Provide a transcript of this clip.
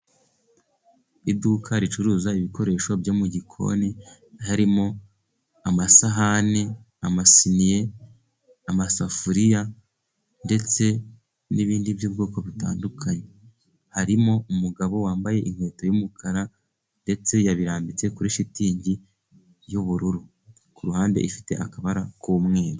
Iduka ricuruza ibikoresho byo mu gikoni, harimo amasahani, amasiniye, amasafuriya, ndetse n'ibindi by'ubwoko butandukanye. Harimo umugabo wambaye inkweto y'umukara, ndetse yabirambitse kuri shitingi y'ubururu, ku ruhande ifite akabara k'umweru.